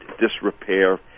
disrepair